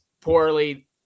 poorly